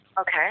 Okay